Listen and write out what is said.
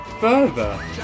Further